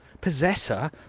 possessor